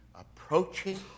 approaching